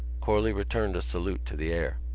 corley returned a salute to the air.